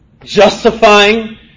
Justifying